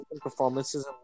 performances